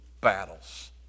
battles